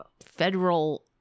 federal